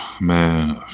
Man